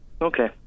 Okay